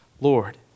Lord